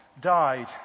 died